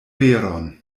veron